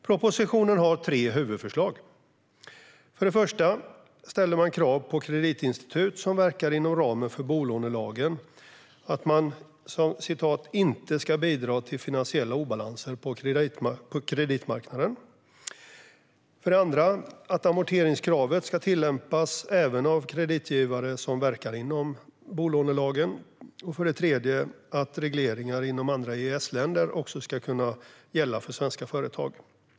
Propositionen har tre huvudförslag - för det första att ställa krav på kreditinstitut som verkar inom ramen för bolånelagen att "inte bidra till finansiella obalanser på kreditmarknaden", för det andra att amorteringskravet ska tillämpas även av kreditgivare som verkar inom ramen för bolånelagen och för det tredje att regleringar inom andra EES-länder ska kunna gälla också för svenska företag.